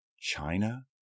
China